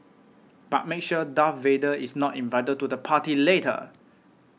but make sure Darth Vader is not invited to the party later